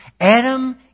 Adam